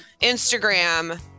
Instagram